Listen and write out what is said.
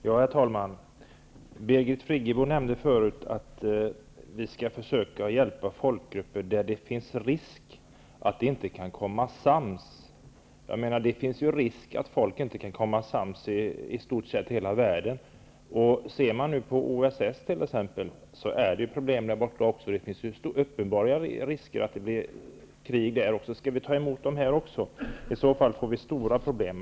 Herr talman! Birgit Friggebo sade att vi skall försöka att hjälpa folkgrupper när det finns risk för att de inte kan samsas. I stor sett i hela världen finns det ju risk för att folkgrupper inte kan samsas. Inom OSS, t.ex., där det är stora problem finns det uppenbara risker för krig. Skall vi i så fall ta emot flyktingar också därifrån? I så fall får vi stora problem.